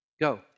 Go